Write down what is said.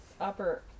upper